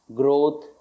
growth